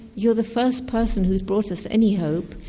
you're the first person who's brought us any hope,